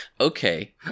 Okay